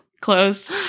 closed